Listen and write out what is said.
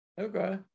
okay